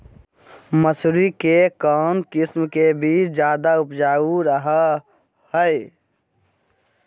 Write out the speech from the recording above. मसूरी के कौन किस्म के बीच ज्यादा उपजाऊ रहो हय?